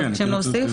נכון.